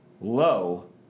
low